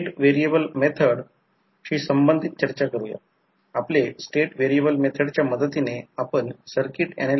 तर म्हणूनच V1 E1 I1 R1 j I1 X1 म्हणूनच हि फेझर आकृती V1 E1 I1 R1 j I1 X1 हे आहे